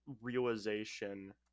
realization